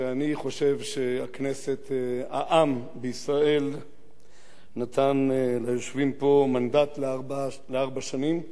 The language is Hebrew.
שאני חושב שהעם בישראל נתן ליושבים פה מנדט לארבע שנים,